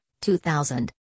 2000